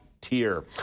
tier